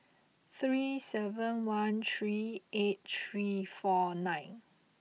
three seven one three eight three four nine